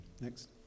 Next